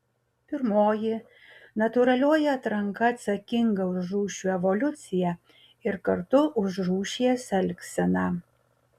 pirmoji natūralioji atranka atsakinga už rūšių evoliuciją ir kartu už rūšies elgseną